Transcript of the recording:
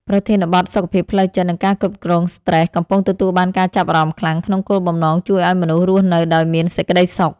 ប្រធានបទ សុខភាពផ្លូវចិត្ត និងការគ្រប់គ្រងស្រ្តេស កំពុងទទួលបានការចាប់អារម្មណ៍ខ្លាំង ក្នុងគោលបំណងជួយឱ្យមនុស្សរស់នៅដោយមានសេចក្ដីសុខ។